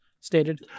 stated